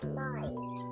nice